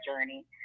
journey